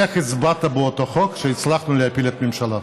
איך הצבעת באותו חוק שהצלחנו להפיל את הממשלה?